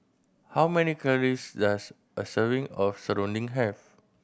how many calories does a serving of serunding have